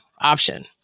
option